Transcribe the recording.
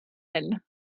hyn